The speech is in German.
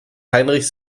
heinrich